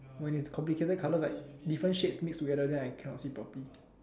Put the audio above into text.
when is complicated colour like different shades mixed together then I cannot see properly